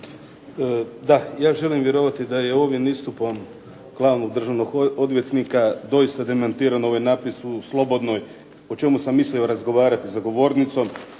Da, ja želim vjerovati da je ovim istupom Glavnog državnog odvjetnika doista demantiran ovaj napis u "Slobodnoj" o čemu sam mislio razgovarati za govornicom,